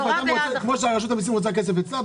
כמו שרשות המיסים רוצה כסף אצלה,